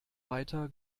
weiter